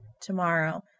tomorrow